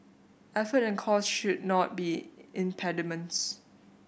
effort and cost should not be impediments